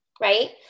Right